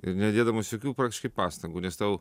ir nedėdamas jokių praktiškai pastangų nes tau